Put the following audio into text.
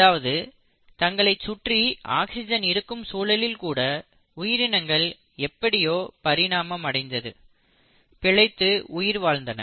அதாவது தங்களைச் சுற்றி ஆக்ஸிஜன் இருக்கும் சூழலில் கூட உயிரினங்கள் எப்படியோ பரிணாமம் அடைந்து பிழைத்து உயிர் வாழ்ந்தன